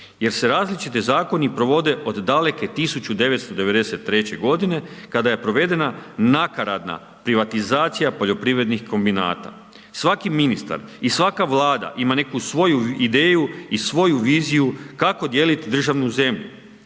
jer se različiti zakoni provode od daleke 1993. g. kada je provedena nakaradna privatizacija poljoprivrednih kombinata. Svaki ministar i svaka vlada ima neku svoju ideju i svoju viziju kako dijeliti državnu zemlju